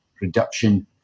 reduction